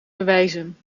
bewijzen